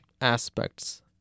aspects